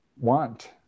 want